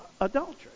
adultery